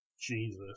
Jesus